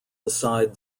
beside